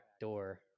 door